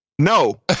No